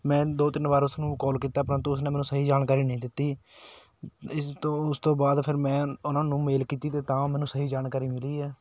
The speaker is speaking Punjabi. ਮੈਂ ਦੋ ਤਿੰਨ ਵਾਰ ਉਸ ਨੂੰ ਕਾਲ ਕੀਤਾ ਪਰੰਤੂ ਉਸਨੇ ਮੈਨੂੰ ਸਹੀ ਜਾਣਕਾਰੀ ਨਹੀਂ ਦਿੱਤੀ ਇਸ ਤੋਂ ਉਸ ਤੋਂ ਬਾਅਦ ਫਿਰ ਮੈਂ ਉਹਨਾਂ ਨੂੰ ਮੇਲ ਕੀਤੀ ਅਤੇ ਤਾਂ ਮੈਨੂੰ ਸਹੀ ਜਾਣਕਾਰੀ ਮਿਲੀ ਹੈ